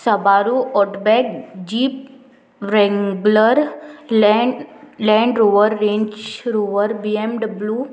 Subaru outback jeep wrangler Land Rover Range Rover BMW